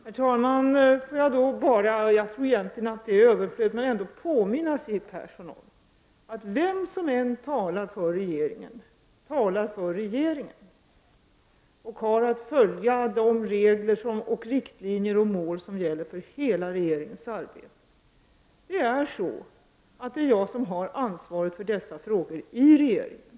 Herr talman! Jag tror egentligen att det är överflödigt, men jag vill ändå påminna Siw Persson om att vem som än talar för regeringen talar för regeringen och har att följa de regler, riktlinjer och mål som gäller för hela regeringens arbete. Det är jag som har ansvaret för dessa frågor i regeringen.